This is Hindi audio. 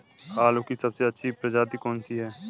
आलू की सबसे अच्छी प्रजाति कौन सी है?